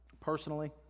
personally